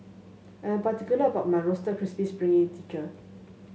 I am particular about my Roasted Crispy